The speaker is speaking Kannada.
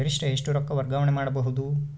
ಗರಿಷ್ಠ ಎಷ್ಟು ರೊಕ್ಕ ವರ್ಗಾವಣೆ ಮಾಡಬಹುದು?